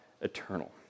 eternal